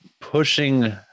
pushing